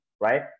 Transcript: right